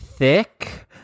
Thick